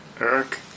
Eric